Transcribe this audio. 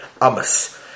amas